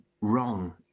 wrong